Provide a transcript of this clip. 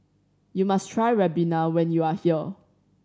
you must try ribena when you are here